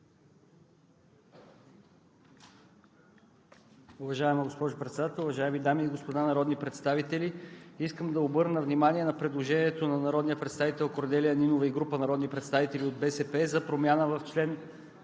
Уважаема госпожо Председател, уважаеми дами и господа народни представители! Искам да обърна внимание на предложението на народния представител Корнелия Нинова и група народни представители от БСП за промяна в чл.